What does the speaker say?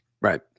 Right